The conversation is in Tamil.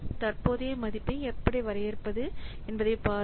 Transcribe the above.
தற்போதைய மதிப்பை எப்படி வரையறுப்பது என்பதை பாருங்கள்